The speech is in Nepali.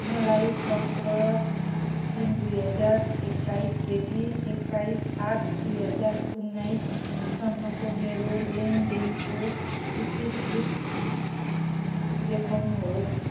मलाई सत्र तिन दुई हजार एक्काइसदेखि एक्काइस आठ दुई हजार उन्नाइससम्मको मेरो लेनदेनको इतिवृत्त देखाउनुहोस्